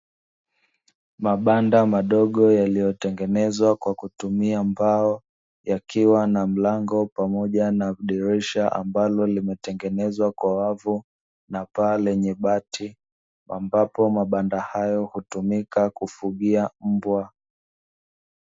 Mabanda madogo yaliyotengenezwa kwa kutumia mbao yakiwa na mlango pamoja na dirisha, ambalo limetengenezwa kwa wavu na paa lenye bati ambapo mabanda hayo hutumika kufugia mbwa.